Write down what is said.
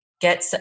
get